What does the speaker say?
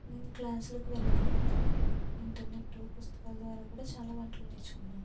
నేను క్లాసులకు వెళ్ళకపోయినా ఇంటర్నెట్టు పుస్తకాల ద్వారా కూడా నేను చాలా నేర్చుకున్నాను